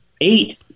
eight